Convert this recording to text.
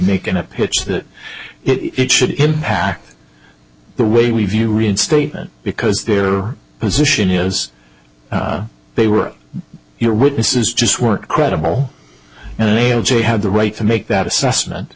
making a pitch that it should impact the way we view reinstatement because their position is they were your witnesses just weren't credible and they o j had the right to make that assessment